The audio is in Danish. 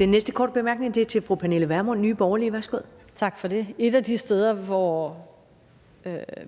Et af de steder, hvor